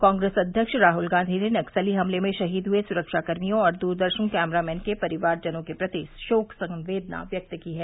कांग्रेस अध्यक्ष राहुल गांधी ने नक्सली हमले में शहीद हुए सुखाकर्मियों और दूरदर्शन कैमरामैन के परिवारजनों के प्रति शोक संवेदना व्यक्त की है